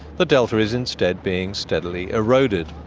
the delta is instead being steadily eroded.